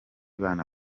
bana